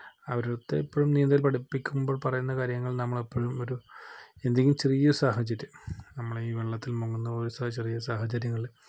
അവരുടെ അടുത്ത് എപ്പഴും നീന്തൽ പഠിപ്പിക്കുമ്പോൾ പറയുന്ന കാര്യങ്ങൾ നമ്മൾ എപ്പഴും ഒരു എന്തെങ്കിലും ചെറിയ സാഹചര്യം നമ്മൾ ഈ വെള്ളത്തിൽ മുങ്ങുന്ന പോലുള്ള ചെറിയ സാഹചര്യങ്ങൾ